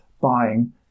buying